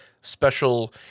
special